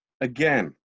again